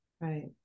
Right